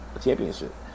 championship